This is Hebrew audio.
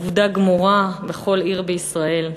עובדה גמורה בכל עיר בישראל,